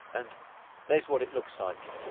and there's what it looks like.